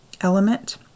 element